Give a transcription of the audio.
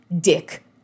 Dick